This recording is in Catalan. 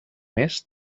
més